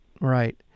right